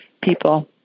people